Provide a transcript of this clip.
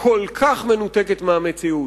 כל כך מנותקת מהמציאות.